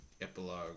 epilogue